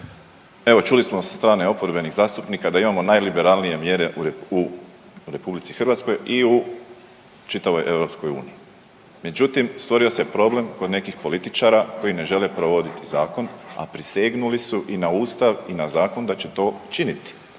evo čuli smo sa strane oporbenih zastupnika da imamo najliberalnije mjere u RH i u čitavoj EU. Međutim stvorio se problem kod nekih političara koji ne žele provoditi zakon, a prisegnuli su i na ustav i na zakon da će to činiti.